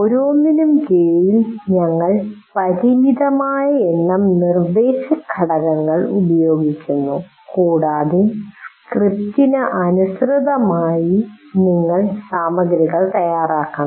ഓരോന്നിനും കീഴിൽ ഞങ്ങൾ പരിമിതമായ എണ്ണം നിർദ്ദേശഘടകങ്ങൾ ഉപയോഗിക്കുന്നു കൂടാതെ സ്ക്രിപ്റ്റിന് അനുസൃതമായി നിങ്ങൾ സാമഗ്രികൾ തയ്യാറാക്കണം